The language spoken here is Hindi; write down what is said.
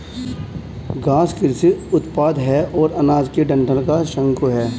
घास कृषि उपोत्पाद है और अनाज के डंठल का शंकु है